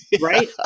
Right